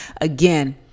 Again